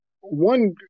one